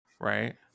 Right